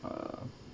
uh